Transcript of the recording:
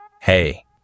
Hey